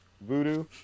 voodoo